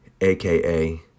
aka